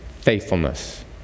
Faithfulness